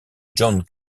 john